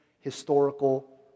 historical